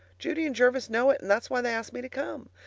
judy and jervis know it, and that's why they asked me to come.